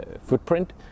footprint